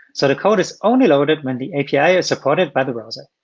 sort of code is only loaded when the api is supported by the browser.